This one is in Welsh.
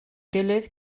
gilydd